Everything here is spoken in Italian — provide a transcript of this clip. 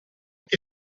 che